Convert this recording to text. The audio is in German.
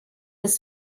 des